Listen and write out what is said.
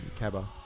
Cabba